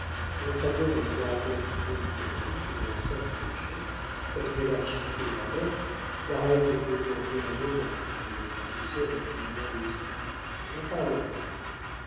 mais en faveur d'un libérateur du trône catholique et de la sainte religion malgré la rigidité de la mère la règle peut dormir un moment dit le confesseur en clignant les yeux j'en parlerai